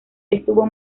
estuvo